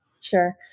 Sure